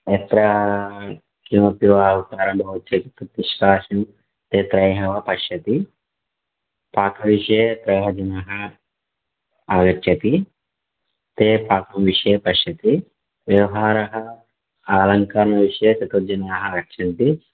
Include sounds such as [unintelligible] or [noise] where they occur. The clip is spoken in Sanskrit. यत्र किमपि वा [unintelligible] ते त्रयः एव पश्यति पाकविषये त्रयः जनाः आगच्छन्ति ते पाकं विषये पश्यति व्यवहारः आलङ्कारविषये चतुर्जनाः आगच्छन्ति